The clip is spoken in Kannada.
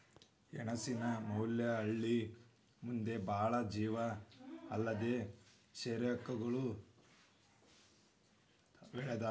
ಗೆಣಸಿನ ಮ್ಯಾಲ ಹಳ್ಳಿ ಮಂದಿ ಬಾಳ ಜೇವ ಅಲ್ಲದೇ ಶರೇರಕ್ಕೂ ವಳೇದ